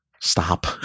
stop